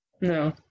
no